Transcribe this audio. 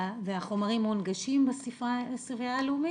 והחומרים מונגשים בספרייה הלאומית?